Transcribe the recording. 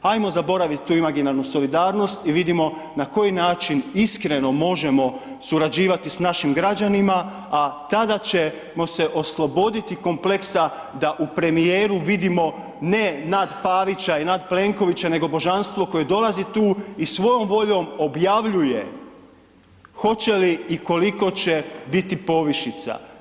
Ajmo zaboraviti tu imaginarnu solidarnost i vidimo na koji način iskreno možemo surađivati s našim građanima, a tada ćemo se osloboditi kompleksa da u premijeru vidimo ne nad Pavića i nad Plenkovića nego božanstvo koje dolazi tu i svojom voljom objavljuje hoće li i koliko će biti povišica.